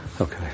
Okay